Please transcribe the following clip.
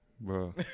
Bro